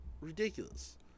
ridiculous